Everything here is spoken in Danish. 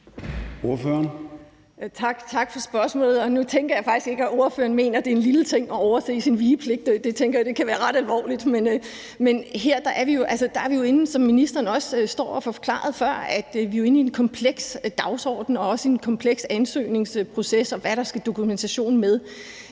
Tak for spørgsmålet, og nu tænker jeg faktisk ikke, at ordføreren mener, at det er en lille ting at overse sin vigepligt. Det tænker jeg kan være ret alvorligt, men her er vi jo altså, som ministeren også har stået og forklaret før, inde ved en kompleks dagsorden og med en kompleks ansøgningsproces, i forhold til hvad for en dokumentation der